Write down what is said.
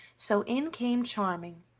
so in came charming,